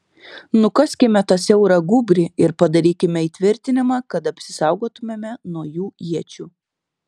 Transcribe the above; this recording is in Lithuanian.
nukaskime tą siaurą gūbrį ir padarykime įtvirtinimą kad apsisaugotumėme nuo jų iečių